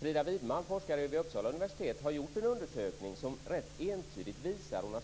Frida Widman, forskare vid Uppsala universitet, har gjort en undersökning som rätt entydigt visar